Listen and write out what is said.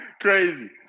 Crazy